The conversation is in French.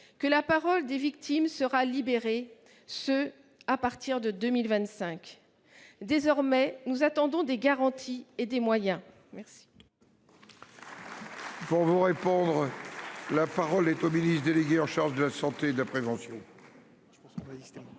que la parole des victimes sera libérée, et ce à partir de 2025. Désormais, nous attendons des garanties et des moyens. La